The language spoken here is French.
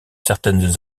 certaines